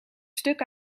stuk